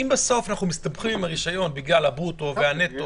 אם אנחנו מסתבכים עם הרישיון בגלל הברוטו והנטו